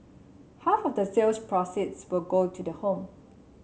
half of the sales proceeds will go to the home